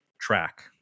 track